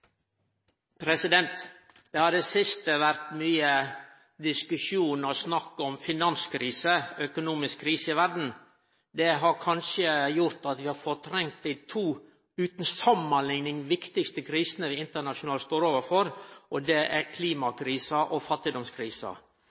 Det har i det siste vore mykje diskusjon og snakk om finanskrise – økonomisk krise i verda. Det har kanskje gjort at vi har fortrengt dei to viktigaste krisene – utan samanlikning – vi står overfor, og det er klimakrisa og fattigdomskrisa.